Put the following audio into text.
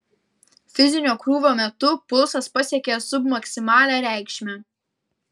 fizinio krūvio metu pulsas pasiekė submaksimalią reikšmę